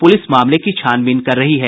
police मामले की छानबीन कर रही है